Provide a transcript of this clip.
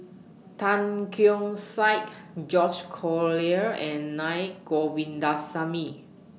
Tan Keong Saik George Collyer and Naa Govindasamy